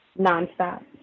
nonstop